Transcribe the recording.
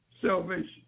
salvation